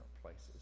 places